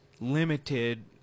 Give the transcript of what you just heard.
limited